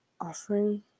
Offering